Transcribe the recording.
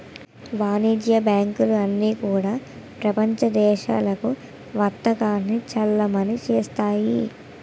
వాణిజ్య బ్యాంకులు అన్నీ కూడా ప్రపంచ దేశాలకు వర్తకాన్ని చలామణి చేస్తాయి